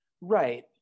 right